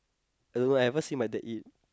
I don't know I never see my dad eat